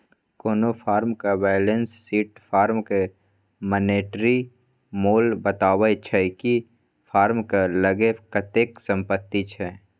कोनो फर्मक balance sheet फर्मक मानेटिरी मोल बताबै छै कि फर्मक लग कतेक संपत्ति छै